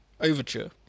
overture